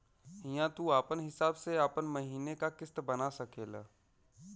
हिंया तू आपन हिसाब से आपन महीने का किस्त बना सकेल